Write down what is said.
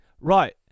Right